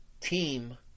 team